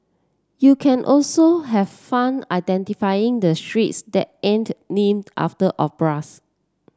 you can also have fun identifying the streets that aren't named after operas